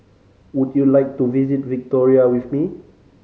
would you like to visit Victoria with me